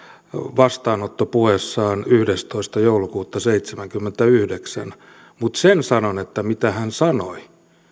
vastaanottopuheessaan yhdestoista joulukuuta seitsemänkymmentäyhdeksän mutta sen sanon että se mitä hän sanoi